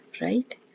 Right